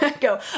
go